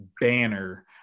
banner